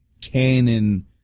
canon